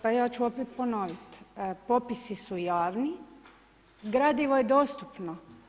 Pa ja ću opet ponovit, popisi su javni, gradivo je dostupno.